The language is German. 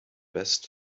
west